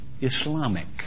Islamic